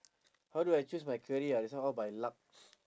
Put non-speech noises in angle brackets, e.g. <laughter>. how do I choose my career ah this one all by luck <noise>